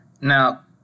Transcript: Now